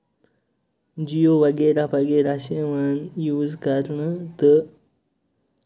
جِیو وغیرہ وغیرہ چھِ یِوان یوٗز کرنہٕ تہٕ